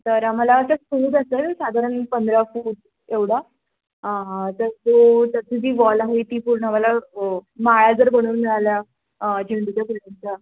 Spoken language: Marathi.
तर आम्हाला त्या साधारण पंधरा फूट एवढा तर तो त्याची जी वॉल आहे ती पूर्ण आम्हाला माळा जर बनवून मिळाल्या झेंडूच्या फुलांच्या